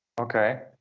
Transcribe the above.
Okay